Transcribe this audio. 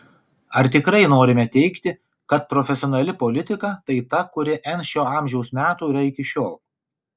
ar tikrai norime teigti kad profesionali politika tai ta kuri n šio amžiaus metų yra iki šiol